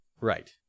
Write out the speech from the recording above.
right